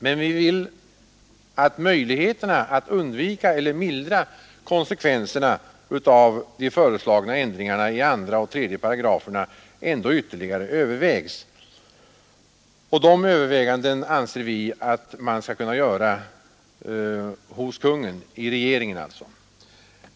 Men vi vill att möjligheterna att undvika eller mildra konsekvenserna av de föreslagna ändringarna i 2 och 3 §§ ytterligare övervägs. Dessa överväganden, anser vi, bör kunna göras av regeringen.